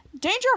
Danger